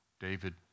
David